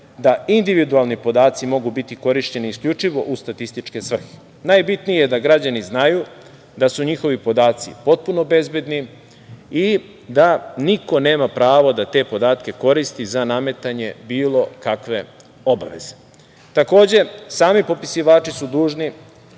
da individualni podaci mogu biti korišćeni isključivo u statističke svrhe. Najbitnije je da građani znaju da su njihovi podaci potpuno bezbedni i da niko nema pravo da te podatke koristi za nametanje bilo kakve obaveze. Takođe, sami popisivači su dužni